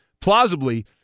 Plausibly